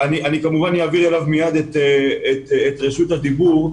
אני כמובן אעביר אליו מייד את רשות הדיבור,